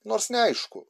nors neaišku